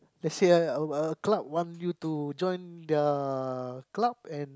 let's say a a club wants you to join the club and